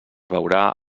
veurà